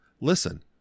listen